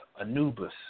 Anubis